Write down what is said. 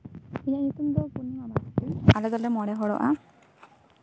ᱤᱧᱟᱹᱜ ᱧᱩᱛᱩᱢ ᱫᱚ ᱯᱩᱨᱱᱤᱢᱟ ᱢᱟᱱᱰᱤ ᱟᱞᱮ ᱫᱚᱞᱮ ᱢᱚᱬᱮ ᱦᱚᱲᱚᱜᱼᱟ